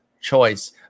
choice